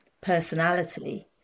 personality